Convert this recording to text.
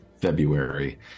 february